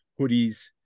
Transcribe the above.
hoodies